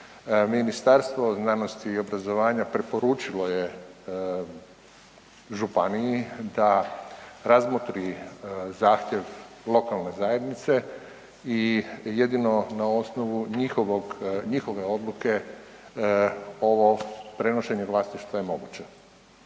Ministarstvo znanosti i obrazovanja preporučilo je županiji da razmotri zahtjev lokalne zajednice i jedino na osnovu njihove odluke ovo prenošenje vlasništva je moguće.